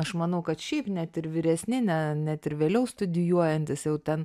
aš manau kad šiaip net ir vyresni ne net ir vėliau studijuojantys jau ten